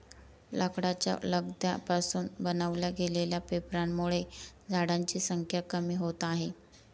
लाकडाच्या लगद्या पासून बनवल्या गेलेल्या पेपरांमुळे झाडांची संख्या कमी होते आहे